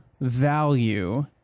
value